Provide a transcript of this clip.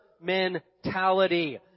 mentality